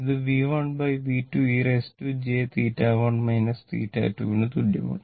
ഇത് V1 V2 e jθ1 θ2 ന് തുല്യമാണ്